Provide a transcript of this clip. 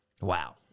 Wow